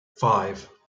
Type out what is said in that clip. five